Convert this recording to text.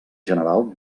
general